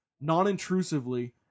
non-intrusively